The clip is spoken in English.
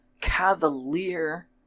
cavalier